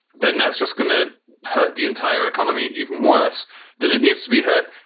then that's just going to hurt the entire economy even worse than it needs to be hurt.